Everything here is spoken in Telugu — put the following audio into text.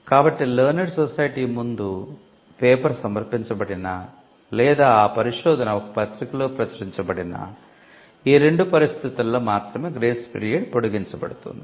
కాబట్టి లేర్నేడ్ సొసైటీ ముందు పేపర్ సమర్పించబడినా లేదా ఆ పరిశోధన ఒక పత్రికలో ప్రచురించబడినా ఈ రెండు పరిస్థితులలో మాత్రమే గ్రేస్ పీరియడ్ పొడిగించబడుతుంది